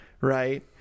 right